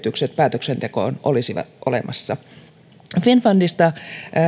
päätöksentekoon olisivat olemassa finnfundista